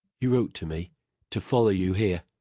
you wrote to me to follow you here.